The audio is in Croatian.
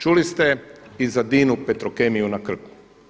Čuli ste i za Dina-u Petrokemija na Krku.